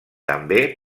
també